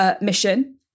mission